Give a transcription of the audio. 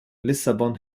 lissabon